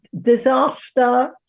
disaster